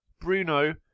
Bruno